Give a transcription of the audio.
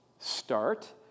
start